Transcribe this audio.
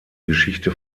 geschichte